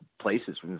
places